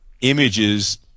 images